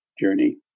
journey